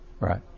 right